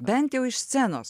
bent jau iš scenos